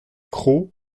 croc